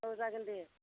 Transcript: औ जागोन दे